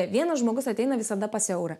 vienas žmogus ateina visada pas eurą